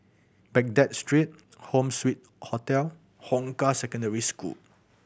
Baghdad Street Home Suite Hotel Hong Kah Secondary School